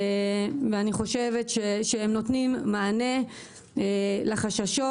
ואני חושבת שהם נותנים מענה לחששות